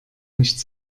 nicht